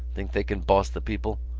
think they can boss the people.